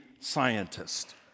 scientist